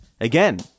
Again